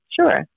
sure